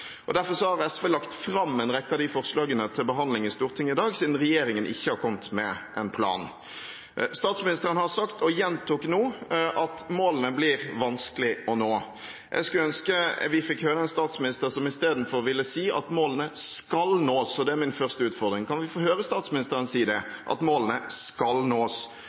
Derfor har SV lagt fram en rekke forslag til behandling i Stortinget i dag, siden regjeringen ikke har kommet med en plan. Statsministeren har sagt, og gjentok nå, at målene blir vanskelige å nå. Jeg skulle ønske vi fikk høre en statsminister som istedenfor ville si at målene skal nås. Og det er min første utfordring: Kan vi få høre statsministeren si at målene skal nås?